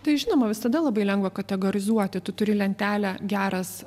tai žinoma visada labai lengva kategorizuoti tu turi lentelę geras